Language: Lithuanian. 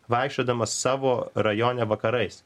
vaikščiodamas savo rajone vakarais